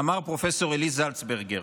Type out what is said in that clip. אמר פרופ' עלי זלצברג.